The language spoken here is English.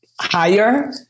higher